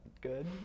good